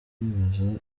nibaza